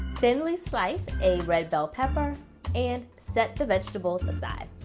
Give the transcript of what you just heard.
thinly slice a red bell pepper and set the vegetables aside.